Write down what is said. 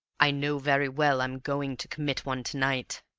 i know very well i'm going to commit one to-night!